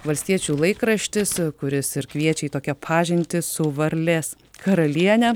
valstiečių laikraštis kuris ir kviečia į tokią pažintį su varlės karaliene